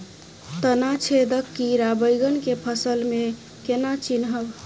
तना छेदक कीड़ा बैंगन केँ फसल म केना चिनहब?